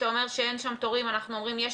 כשאתה אומר שאין שם תורים אנחנו אומרים שיש